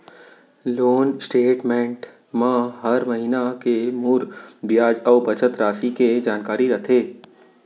loan statement म हर महिना के मूर बियाज अउ बचत रासि के जानकारी रथे